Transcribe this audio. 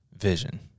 vision